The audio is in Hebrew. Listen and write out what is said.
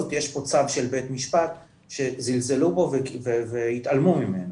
כי בכל זאת יש פה צו של בית משפט שזלזלו בו והתעלמו ממנו,